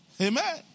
Amen